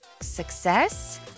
success